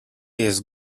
jest